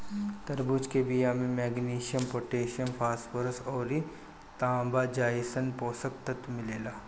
तरबूजा के बिया में मैग्नीशियम, पोटैशियम, फास्फोरस अउरी तांबा जइसन पोषक तत्व मिलेला